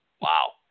Wow